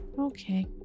Okay